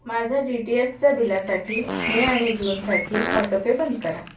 माझ्या D T एचच्या बिलासाठी मे आणि जूनसाठी ऑटोपे बंद करा